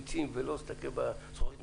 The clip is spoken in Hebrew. לפרוץ דרך ולא להסתכל דרך זכוכית מגדלת.